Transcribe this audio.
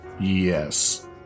Yes